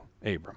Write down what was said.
Abram